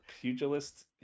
pugilist